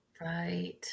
Right